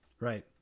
right